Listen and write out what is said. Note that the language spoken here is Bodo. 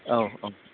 औ औ